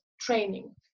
training